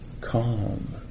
calm